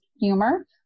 humor